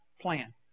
plan